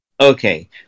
Okay